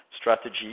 strategy